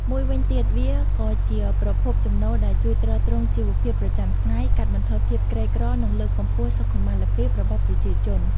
មួយវិញទៀត វាក៏ជាប្រភពចំណូលដែលជួយទ្រទ្រង់ជីវភាពប្រចាំថ្ងៃ កាត់បន្ថយភាពក្រីក្រ និងលើកកម្ពស់សុខុមាលភាពរបស់ប្រជាជន។